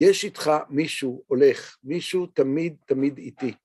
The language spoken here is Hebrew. יש איתך מישהו הולך, מישהו תמיד תמיד איתי.